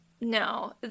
No